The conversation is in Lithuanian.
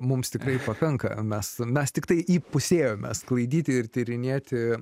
mums tikrai pakanka mes mes tiktai įpusėjome sklaidyti ir tyrinėti